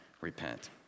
repent